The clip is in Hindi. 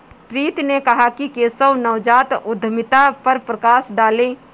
प्रीति ने कहा कि केशव नवजात उद्यमिता पर प्रकाश डालें